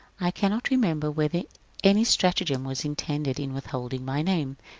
i cannot remember whether any stratagem was intended in withholding my name,